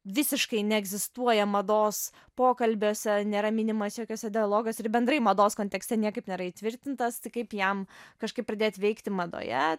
visiškai neegzistuoja mados pokalbiuose nėra minimas jokiuose dialoguose ir bendrai mados kontekste niekaip nėra įtvirtintas tai kaip jam kažkaip pradėt veikti madoje